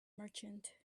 merchant